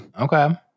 Okay